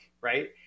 right